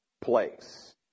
place